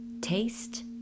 taste